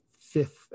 fifth